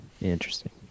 Interesting